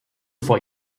vor